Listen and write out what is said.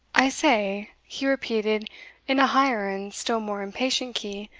i say, he repeated in a higher and still more impatient key,